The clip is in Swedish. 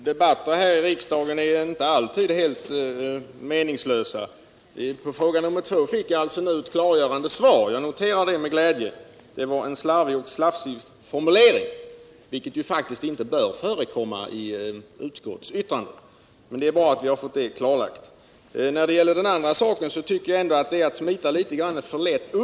Herr talman! Debatter här i riksdagen är inte alltid helt meningslösa. På fråga nr 2 fick jag nu ett klargörande svar — jug noterar det med glädje. Det var alltså en slarvig och slafsig formulering i utskottets betänkande —- vilket faktiskt inte bör förekomma där. Det är bra att vi har fått det klarlagt. När det gäller den andra frågan tycker jag ändå aut Anders Wijkman smiter undan litet för lätt.